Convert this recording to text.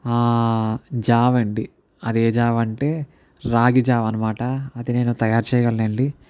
జావ అండి అది ఏ జావ అంటే రాగి జావ అనమాట అది నేను తయారు చేయగలనండి